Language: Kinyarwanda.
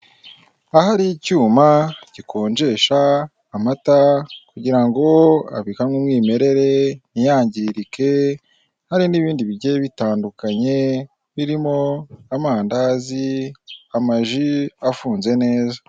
Ahari icyuma gikonjesha amata kugirango abikanywe umwimerere ntiyangirike hari n'ibindi bigiye bitandukanye birimo n'amandazi, amaji afunze neza.